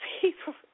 people